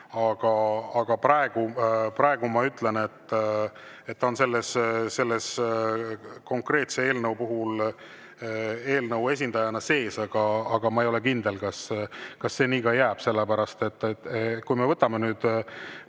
ja praegu ma ütlen, et ta on selle konkreetse eelnõu puhul eelnõu esindajana kirjas, aga ma ei ole kindel, et see nii ka jääb. Sellepärast et kui me võtame nüüd